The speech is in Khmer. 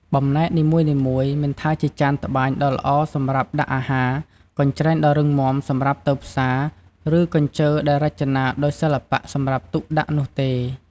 បំណែកនីមួយៗ មិនថាជាចានក្បានដ៏ល្អសម្រាប់ដាក់អាហារ កញ្រ្ចែងដ៏រឹងមាំសម្រាប់ទៅផ្សារ ឬកញ្ជើរដែលរចនាដោយសិល្បៈសម្រាប់ទុកដាក់នោះទេ។